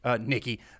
Nikki